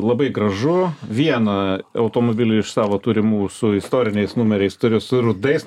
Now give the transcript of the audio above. labai gražu vieną automobilį iš savo turimų su istoriniais numeriais turiu su rudais